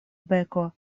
beko